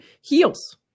heels